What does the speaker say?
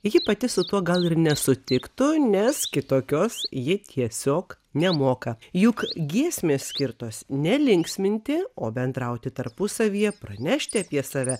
ji pati su tuo gal ir nesutiktų nes kitokios ji tiesiog nemoka juk giesmės skirtos ne linksminti o bendrauti tarpusavyje pranešti apie save